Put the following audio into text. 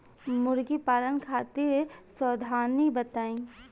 मुर्गी पालन खातिर सावधानी बताई?